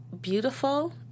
beautiful